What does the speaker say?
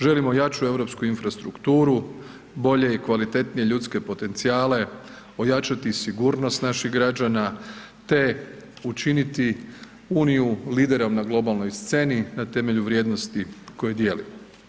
Želimo jaču europsku infrastrukturu, bolje i kvalitetnije ljudske potencijale, ojačati sigurnost naših građana, te učiniti Uniju liderom na globalnoj sceni na temelju vrijednosti koju dijelimo.